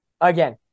again